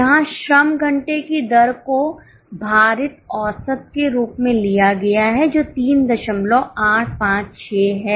यहां श्रम घंटे की दर को भारित औसत के रूप में लिया गया है जो 3856 है